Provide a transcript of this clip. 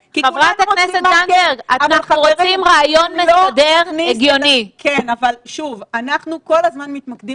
אמרנו כל הזמן שאנחנו מתנגדים